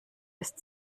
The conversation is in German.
ist